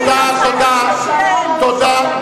תודה, תודה.